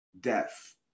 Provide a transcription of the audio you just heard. death